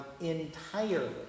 entirely